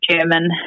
German